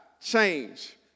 change